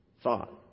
thought